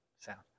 sound